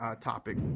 topic